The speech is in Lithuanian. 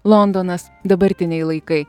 londonas dabartiniai laikai